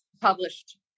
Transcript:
published